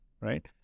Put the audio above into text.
right